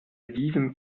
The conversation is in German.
diesem